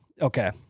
Okay